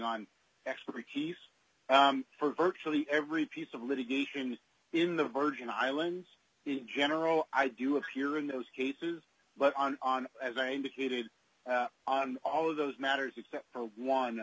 on expertise for virtually every piece of litigation in the virgin islands in general i do appear in those cases but on on as i indicated on all of those matters except for one